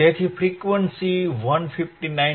તેથી ફ્રીક્વંસી 159